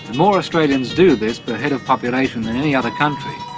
more australians do this per head of population than any other country.